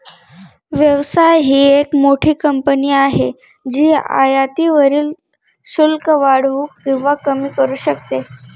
व्यवसाय ही एक मोठी कंपनी आहे जी आयातीवरील शुल्क वाढवू किंवा कमी करू शकते